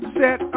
set